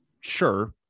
sure